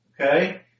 Okay